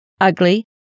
ugly